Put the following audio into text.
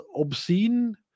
obscene